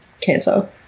cancer